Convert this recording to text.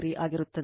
8o ಆಗಿರುತ್ತದೆ